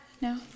No